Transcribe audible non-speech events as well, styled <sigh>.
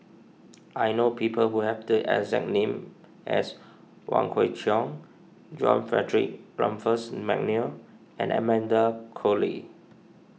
I know people who have the exact name as Wong Kwei Cheong John Frederick <unintelligible> McNair and Amanda Koe Lee